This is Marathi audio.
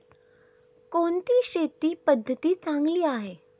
कोणती शेती पद्धती चांगली आहे?